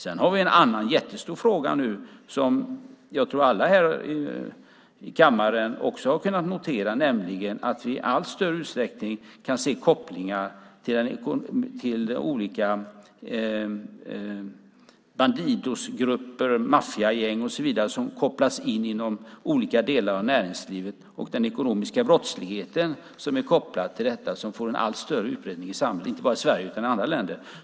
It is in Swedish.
Sedan har vi en annan jättestor fråga nu, som jag tror att alla här i kammaren också har kunnat notera, nämligen att vi i allt större utsträckning kan se kopplingar till olika Bandidosgrupper, maffiagäng och så vidare som kopplas in i olika delar av näringslivet och den ekonomiska brottslighet som är kopplad till detta och som får en allt större utbredning i samhället, inte bara i Sverige utan också i andra länder.